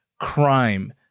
crime